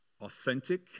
authentic